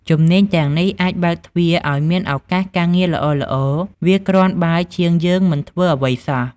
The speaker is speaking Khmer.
ជំនាញទាំងនេះអាចបើកទ្វារឲ្យមានឱកាសការងារល្អៗ វាគ្រាន់បើជាងយើងមិនធ្វើអ្វីសោះ។